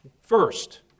First